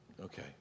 Okay